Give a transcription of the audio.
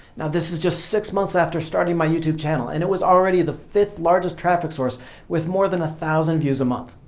now this is just six months after starting my youtube channel and it was already the fifth largest traffic source with more than a thousand views a month.